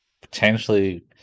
potentially